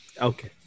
Okay